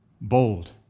Bold